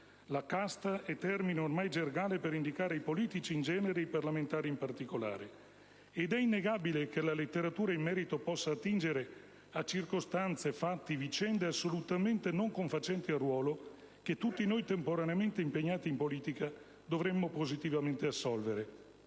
casta è termine ormai gergale per indicare i politici in genere e i parlamentari in particolare, ed è innegabile che la letteratura in merito possa attingere a circostanze, fatti e vicende assolutamente non confacenti al ruolo che tutti noi temporaneamente impegnati in politica dovremmo positivamente assolvere.